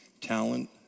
talent